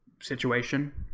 Situation